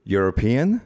European